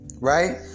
right